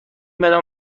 بدان